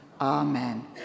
Amen